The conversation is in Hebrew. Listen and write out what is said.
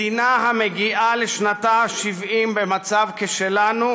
מדינה המגיעה לשנתה ה-70 במצב כשלנו